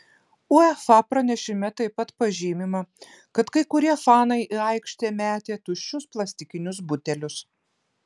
uefa pranešime taip pat pažymima kad kai kurie fanai į aikštę metė tuščius plastikinius butelius